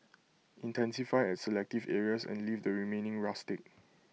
intensify at selective areas and leave the remaining rustic